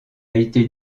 été